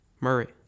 Murray